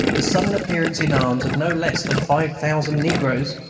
the sudden appearance in arms of no less than five thousand negroes,